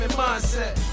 mindset